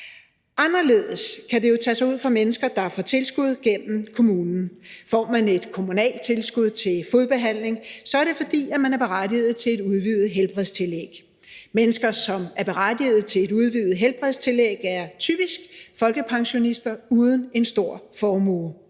Anderledes kan det tage sig ud for mennesker, der får tilskud gennem kommunen. Får man et kommunalt tilskud til fodbehandling, er det, fordi man er berettiget til et udvidet helbredstillæg. Mennesker, som er berettiget til et udvidet helbredstillæg, er typisk folkepensionister uden en stor formue.